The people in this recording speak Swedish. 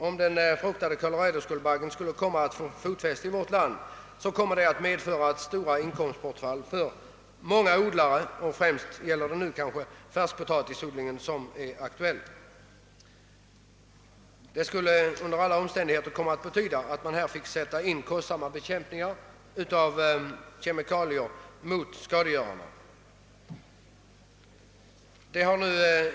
Om den fruktade koloradoskalbaggen skulle få fotfäste i vårt land kommer det att medföra stora inkomstbortfall för många odlare — främst är det kanske färskpotatisodlingarna som nu är aktuella. Det skulle under alla förhållanden betyda att man fick lov att sätta in en dyrbar bekämpning med kemikalier mot skadegörarna.